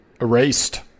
erased